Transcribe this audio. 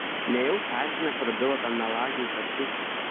nejau sąžinė prabilo tam melagiui tartiufui